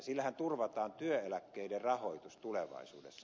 sillähän turvataan työeläkkeiden rahoitus tulevaisuudessa